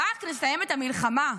רק נסיים את המלחמה.